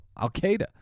al-Qaeda